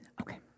Okay